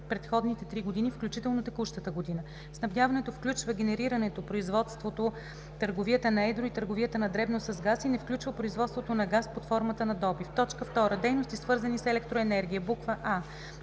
предходните три години, включително текущата година. Снабдяването включва генерирането/производството, търговията на едро и търговията на дребно с газ и не включва производството на газ под формата на добив. 2. Дейности, свързани с електроенергия: а)